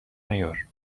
نیار